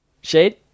Shade